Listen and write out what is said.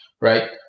right